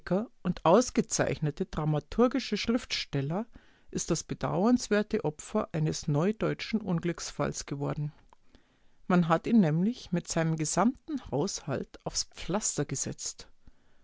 und ausgezeichnete dramaturgische schriftsteller ist das bedauernswerte opfer eines neudeutschen unglücksfalles geworden man hat ihn nämlich mit seinem gesamten haushalt aufs pflaster gesetzt